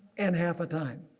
and half a time